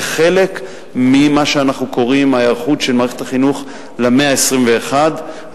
כחלק ממה שאנחנו קוראים ההיערכות של מערכת החינוך למאה ה-21,